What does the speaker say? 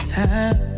time